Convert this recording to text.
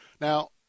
Now